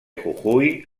jujuy